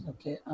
Okay